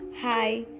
hi